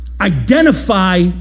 identify